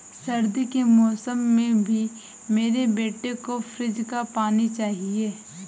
सर्दी के मौसम में भी मेरे बेटे को फ्रिज का पानी चाहिए